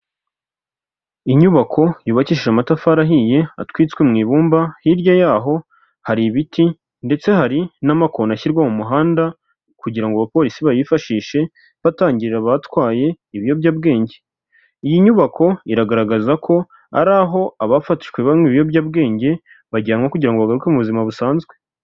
Inyubako yubakishije amatafari ahiye atwitswe mu ibumba, hirya yaho hari ibiti ndetse hari n'amakona ashyirwa mu muhanda, kugira ngo abapolisi bayifashishe batangirira abatwaye ibiyobyabwenge. Iyi nyubako iragaragaza ko ari aho abafatishwe banywa ibiyobyabwenge, bajyanwa kugira ngo bagaruke mu buzima busanzwe.